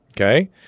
Okay